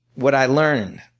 what i learned.